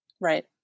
Right